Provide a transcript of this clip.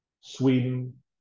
Sweden